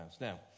Now